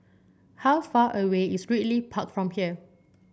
how far away is Ridley Park from here